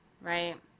right